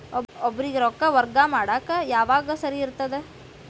ಒಬ್ಬರಿಗ ರೊಕ್ಕ ವರ್ಗಾ ಮಾಡಾಕ್ ಯಾವಾಗ ಸರಿ ಇರ್ತದ್?